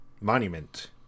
Monument